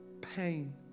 pain